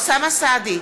אוסאמה סעדי,